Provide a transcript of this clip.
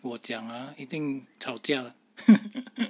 我讲 ah 一定吵架